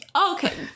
Okay